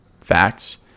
facts